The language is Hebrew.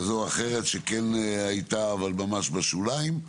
כזו או אחרת שכן הייתה אבל ממש בשוליים,